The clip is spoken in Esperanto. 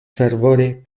fervore